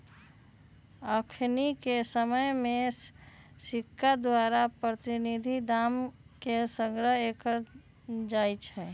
अखनिके समय में सिक्का द्वारा प्रतिनिधि दाम के संग्रह कएल जाइ छइ